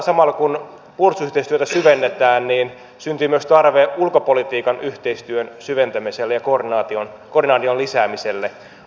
samalla kun puolustusyhteistyötä syvennetään niin syntyy myös tarve ulkopolitiikan yhteistyön syventämiselle ja koordinaation lisäämiselle